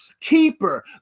keeper